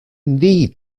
need